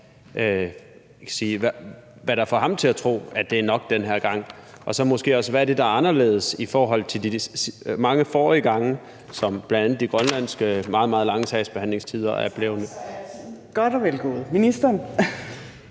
hvad der får ham til at tro, at det er nok den her gang, og så måske også, hvad det er, der er anderledes i forhold til de mange forrige gange, som bl.a. de grønlandske meget, meget lange sagsbehandlingstider er blevet ... Kl. 17:34